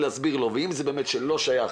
ואם זה באמת לא שייך